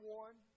one